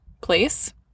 place